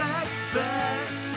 expect